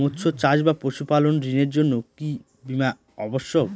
মৎস্য চাষ বা পশুপালন ঋণের জন্য কি বীমা অবশ্যক?